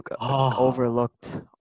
overlooked